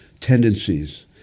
tendencies